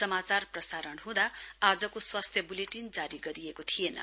समाचार प्रसारण हुँदा आजको स्वास्थ्य बुलेटिन जारी गरिएको थिएन